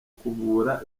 kuvura